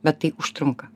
bet tai užtrunka